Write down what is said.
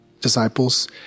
disciples